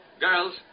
Girls